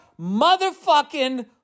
motherfucking